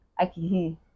akihi